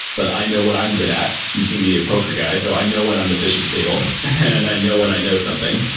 but i know what i'm good. you seem to be a poker guy. so i know when i'm the fish at the table and i know when i know something,